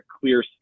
clear